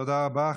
תודה רבה.